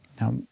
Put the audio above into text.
Now